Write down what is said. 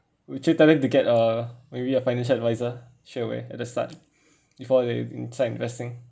would you tell them to get uh maybe a financial advisor straight away at the start before they start investing